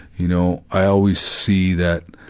you know, i always see that,